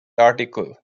article